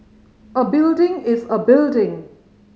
a building is a building